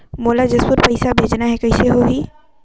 मोला जशपुर पइसा भेजना हैं, कइसे होही?